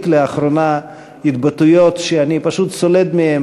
לאחרונה התבטאויות שאני פשוט סולד מהן,